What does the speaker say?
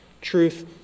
Truth